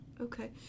Okay